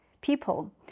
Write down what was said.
people